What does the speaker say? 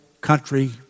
country